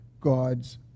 God's